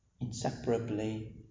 inseparably